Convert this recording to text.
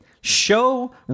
Show